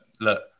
look